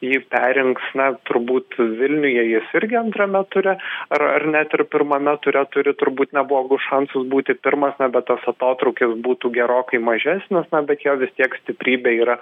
jį perrinks na turbūt vilniuje jis irgi antrame ture ar ar net ir pirmame ture turi turbūt neblogus šansus būti pirmas na bet tas atotrūkis būtų gerokai mažesnis bet jo vis tiek stiprybė yra